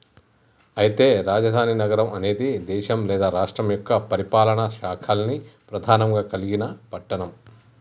అయితే రాజధాని నగరం అనేది దేశం లేదా రాష్ట్రం యొక్క పరిపాలనా శాఖల్ని ప్రధానంగా కలిగిన పట్టణం